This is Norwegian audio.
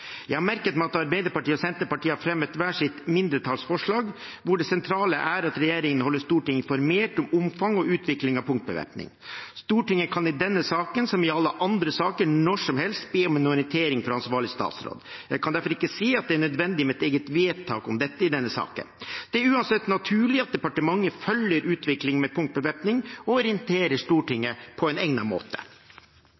Jeg har merket meg at Arbeiderpartiet og Senterpartiet har fremmet hvert sitt mindretallsforslag, der det sentrale er at regjeringen holder Stortinget informert om omfang og utvikling av punktbevæpning. Stortinget kan i denne saken, som i alle andre saker, når som helst be om en orientering fra ansvarlig statsråd. Jeg kan derfor ikke se at det er nødvendig med et eget vedtak om dette i denne saken. Det er uansett naturlig at departementet følger utviklingen med punktbevæpning og orienterer